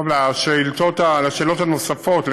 לשאלות הנוספות,